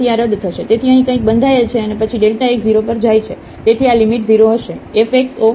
તેથી અહીં કંઈક બંધાયેલ છે અને પછી x 0 પર જાય છે તેથી આ લિમિટ 0 હશે